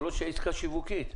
זו לא עסקה שיווקית.